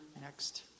next